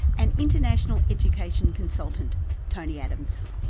and international education consultant tony adams.